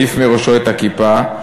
העיף מראשו את הכיפה,